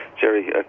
Jerry